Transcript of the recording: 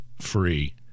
free